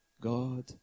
God